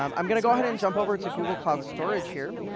um i'm going to go ahead and jump over to google cloud storage here,